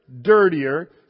dirtier